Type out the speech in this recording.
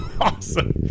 awesome